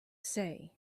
say